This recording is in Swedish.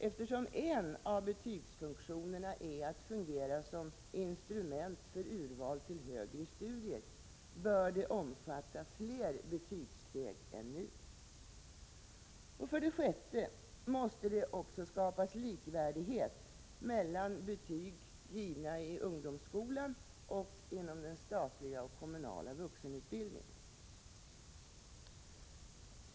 Eftersom en av betygsfunktionerna är att vara instrument för urval till högre studier bör systemet omfatta fler betygssteg än nu. För det sjätte måste det också skapas likvärdighet mellan betyg givna i ungdomsskolan och betyg inom den statliga och kommunala vuxenutbildningen.